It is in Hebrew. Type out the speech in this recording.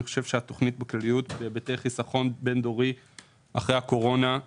התוכנית בכלל בהיבטי חיסכון בין-דורי אחרי הקורונה,